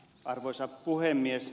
arvoisa puhemies